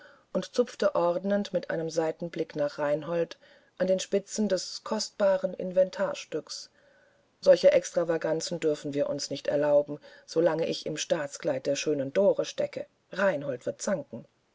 und zupfte ordnend mit einem seitenblick nach reinhold an den spitzen des kostbaren inventarstückes solche extravaganzen dürfen wir uns nicht erlauben solange ich im staatskleid der schönen dore stecke reinhold wird zanken